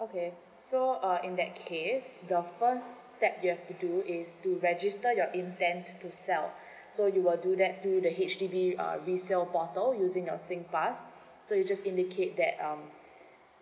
okay so uh in that case the first step you have to do is to register your intend to sell so you will do that through the H_D_B uh resale portal using your singpass so you just indicate that um